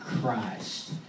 Christ